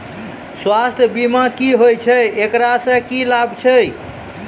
स्वास्थ्य बीमा की होय छै, एकरा से की लाभ छै?